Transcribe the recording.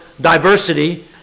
diversity